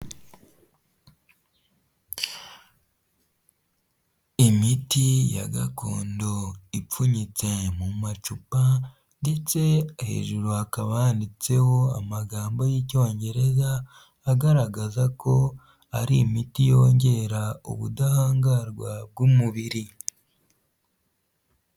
Imiti ya gakondo ipfunyitse mu macupa ndetse, hejuru hakaba handitseho amagambo y'icyongereza agaragaza ko ari imiti yongera ubudahangarwa bw'umubiri.